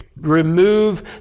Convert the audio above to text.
Remove